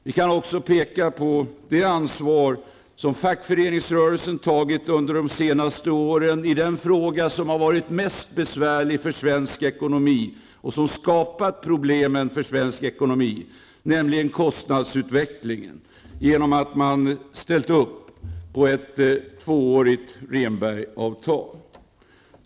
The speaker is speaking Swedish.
Vi kan också peka på det ansvar som fackföreningsrörelsen tagit i den fråga som har varit mest besvärlig för svensk ekonomi, nämligen kostnadsutvecklingen, genom att man ställt upp på ett tvåårigt Rehnbergsavtal.